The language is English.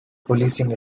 policing